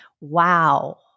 Wow